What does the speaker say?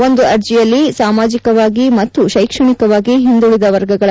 ಒಂದು ಅರ್ಜಿಯಲ್ಲಿ ಸಾಮಾಜಿಕವಾಗಿ ಮತ್ತು ಶೈಕ್ಷಣಿಕವಾಗಿ ಹಿಂದುಳಿದ ವರ್ಗಗಳ ಎಸ್